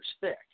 thick